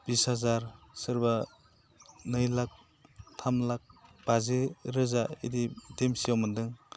बिस हाजार सोरबा नै लाख थाम लाख बाजि रोजा इदि देमसियाव मोन्दों